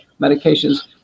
medications